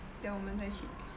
then 我们再去